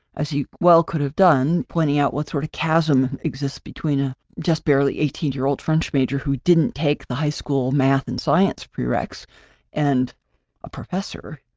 as you well could have done, pointing out what, sort of, chasm exists between ah just barely eighteen year old french major who didn't take the high school math and science pre-reqs and a professor,